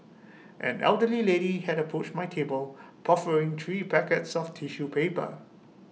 an elderly lady had approached my table proffering three packets of tissue paper